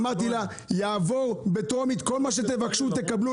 אמרתי לה יעבור בטרומית, כל מה שתבקשו תקבלו.